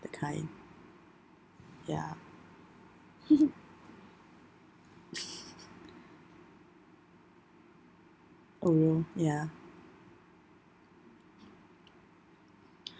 that kind ya Oreo ya